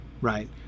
right